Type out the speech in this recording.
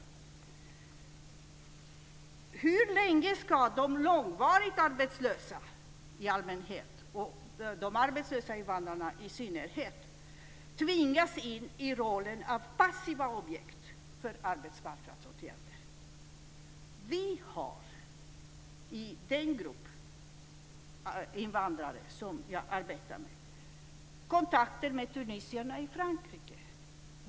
Hur länge ska de långvarigt arbetslösa i allmänhet och de arbetslösa invandrarna i synnerhet tvingas in i rollen av passiva objekt för arbetsmarknadsåtgärder? I den grupp invandrare som jag arbetar med har vi kontakter med tunisierna i Frankrike.